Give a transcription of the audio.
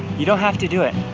you don't have to do it.